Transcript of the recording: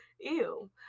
Ew